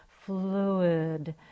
fluid